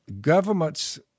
Governments